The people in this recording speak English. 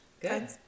Good